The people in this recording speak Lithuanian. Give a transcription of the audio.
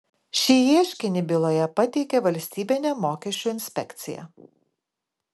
šį ieškinį byloje pateikė valstybinė mokesčių inspekcija